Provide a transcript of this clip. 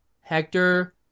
Hector